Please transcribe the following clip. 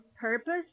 purpose